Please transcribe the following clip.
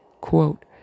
Quote